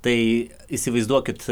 tai įsivaizduokit